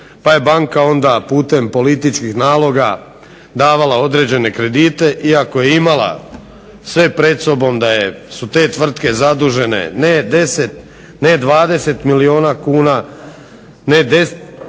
pa je banka onda putem političkih naloga davala određene kredite iako je imala sve pred sobom da su te tvrtke zadužene ne 10, ne 20 milijuna, ne 30 milijuna